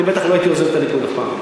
אני בטח לא הייתי עוזב את הליכוד אף פעם.